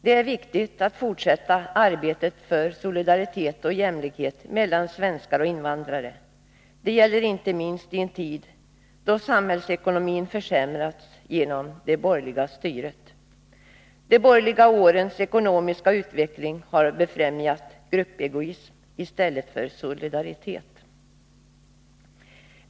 Det är riktigt att fortsätta arbetet för solidaritet och jämlikhet mellan svenskar och invandrare. Det gäller inte minst i en tid då samhällsekonomin försämrats genom det borgerliga styret. De borgerliga årens ekonomiska utveckling har befrämjat gruppegoism i stället för solidaritet.